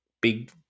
big